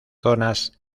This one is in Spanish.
zonas